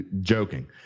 joking